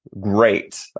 great